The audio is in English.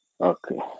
Okay